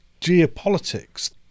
geopolitics